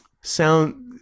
Sound